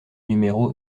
numéro